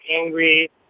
angry